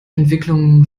entwicklungen